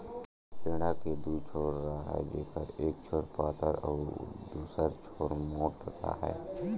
टेंड़ा के दू छोर राहय जेखर एक छोर पातर अउ दूसर छोर मोंठ राहय